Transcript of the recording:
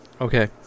Okay